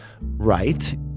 right